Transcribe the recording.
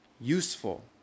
useful